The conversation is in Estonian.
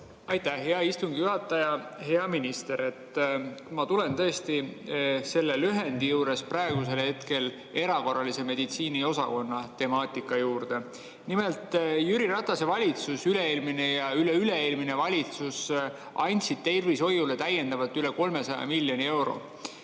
Aitäh, hea istungi juhataja! Hea minister! Ma tulen tõesti selle lühendi juures praegusel hetkel erakorralise meditsiini osakonna temaatika juurde. Nimelt, Jüri Ratase valitsus, üle-eelmine ja üleüle-eelmine valitsus, andsid tervishoiule täiendavalt üle 300 miljoni euro.